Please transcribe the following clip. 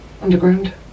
underground